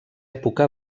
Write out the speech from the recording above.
època